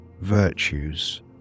virtues